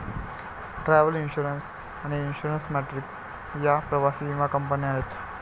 travel insurance आणि Insure My Trip या प्रवासी विमा कंपन्या आहेत